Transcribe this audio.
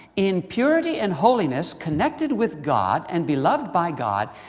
in purity and holiness, connected with god, and beloved by god,